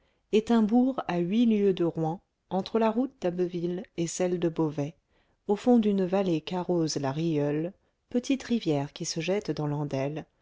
est un bourg à huit lieues de rouen entre la route d'abbeville et celle de beauvais au fond d'une vallée qu'arrose la rieule petite rivière qui se jette dans l'andelle